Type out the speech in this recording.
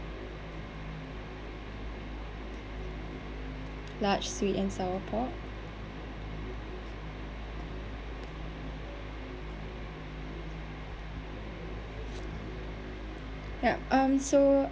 large sweet and sour pork ya um so